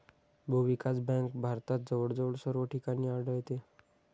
भूविकास बँक भारतात जवळजवळ सर्व ठिकाणी आढळते